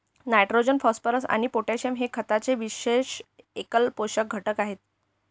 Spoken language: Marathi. नायट्रोजन, फॉस्फरस आणि पोटॅशियम हे खताचे विशेष एकल पोषक घटक आहेत